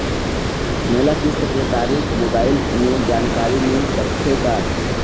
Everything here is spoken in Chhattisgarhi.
मोला किस्त के तारिक मोबाइल मे जानकारी मिल सकथे का?